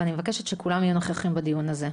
ואני מבקשת שכולם יהיו נוכחים בדיון הזה.